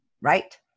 right